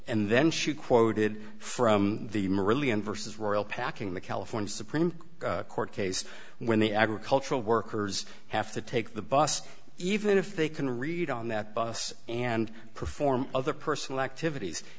and then she quoted from the meridian versus royal packing the california supreme court case when the agricultural workers have to take the bus even if they can read on that bus and perform other personal activities